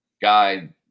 guide